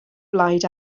blaid